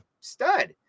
stud